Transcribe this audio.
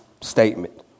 statement